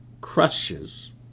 crushes